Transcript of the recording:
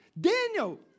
Daniel